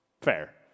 Fair